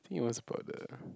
I think it was part of the